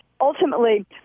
ultimately